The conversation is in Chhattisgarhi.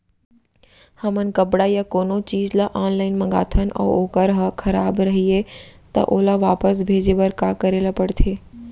हमन कपड़ा या कोनो चीज ल ऑनलाइन मँगाथन अऊ वोकर ह खराब रहिये ता ओला वापस भेजे बर का करे ल पढ़थे?